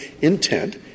intent